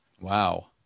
wow